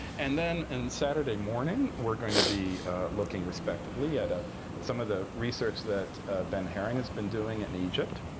and then and saturday morning, we're going to be looking respectively at ah some of the research that ben haring has been doing in egypt,